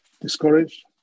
discouraged